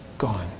gone